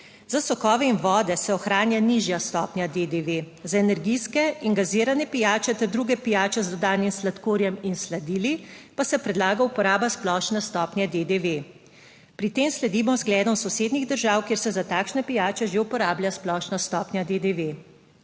Za sokove in vode se ohranja nižja stopnja DDV, za energijske in gazirane pijače ter druge pijače z dodanim sladkorjem in sladili, pa se predlaga uporaba splošne stopnje DDV. Pri tem sledimo zgledom sosednjih držav, kjer se za takšne pijače že uporablja splošna stopnja DDV.